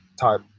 type